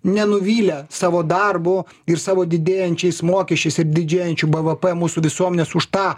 nenuvylė savo darbu ir savo didėjančiais mokesčiais ir didžėjančiu bvp mūsų visuomenės už tą